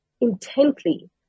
intently